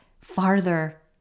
farther